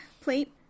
plate